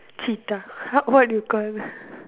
cheetah !huh! what you call